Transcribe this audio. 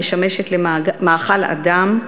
שמשמשת למאכל אדם,